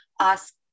ask